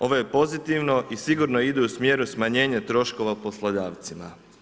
Ovo je pozitivno i sigurno ide u smjeru smanjenja troškova poslodavcima.